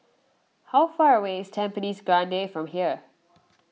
how far away is Tampines Grande from here